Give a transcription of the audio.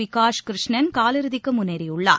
விகாஸ் கிருஷ்ணன் காலிறுதிக்கு முன்னேறியுள்ளார்